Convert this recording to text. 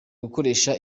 gukoresha